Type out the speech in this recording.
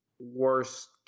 worst